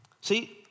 See